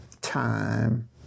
time